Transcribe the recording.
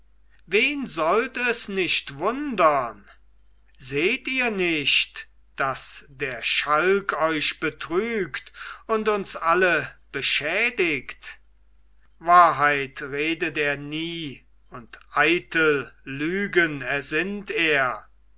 wen sollt es nicht wundern seht ihr nicht daß der schalk euch betrügt und uns alle beschädigt wahrheit redet er nie und eitel lügen ersinnt er